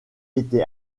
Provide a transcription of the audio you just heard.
été